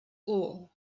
all